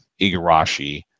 Igarashi